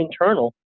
internal